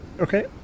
Okay